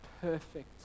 perfect